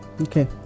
Okay